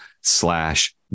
slash